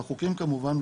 והחוקים כמובן,